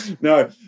No